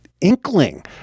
inkling